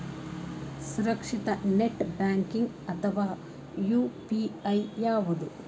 ಸುರಕ್ಷಿತ net banking ಅಥವಾ UPI ಯಾವುದು?